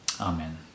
Amen